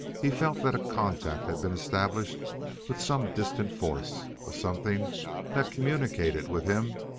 he felt that a contact had been established with some distant force a something that communicated with him,